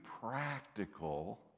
practical